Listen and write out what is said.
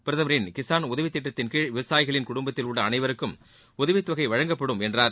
பிரதமரின் கிசான் உதவித் திட்டத்தின்கீழ் விவசாயிகளின் குடும்பத்தில் உள்ள அனைவருக்கும் உதவித்தொகை வழங்கப்படும் என்றார்